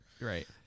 Right